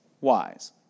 wise